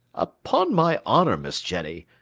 upon my honour, miss jenny,